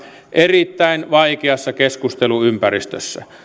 erittäin vaikeassa keskusteluympäristössä